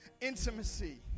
intimacy